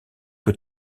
que